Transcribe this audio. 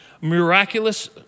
miraculous